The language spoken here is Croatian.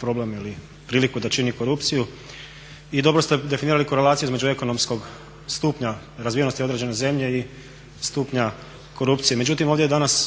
problem ili priliku da čini korupciju i dobro ste definirali korelaciju između ekonomskog stupnja razvijenosti određene zemlje i stupnja korupcije. Međutim, ovdje je danas